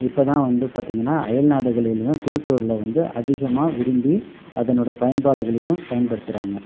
இப்போதான் வந்து பார்த்தீங்கன்னா அயல்நாடுகளிலும் திருக்குறளை வந்து அதிகமாக விரும்பி அதனோட பயன்பாடுகளையும் பயன்படுத்துகிறாங்க